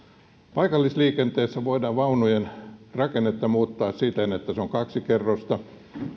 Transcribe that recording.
paikallisliikenteessä voidaan vaunujen rakennetta muuttaa siten että on kaksi kerrosta